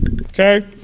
Okay